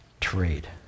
trade